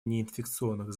неинфекционных